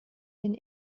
den